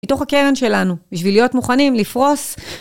מתוך הקרן שלנו, בשביל להיות מוכנים לפרוס.